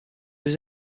was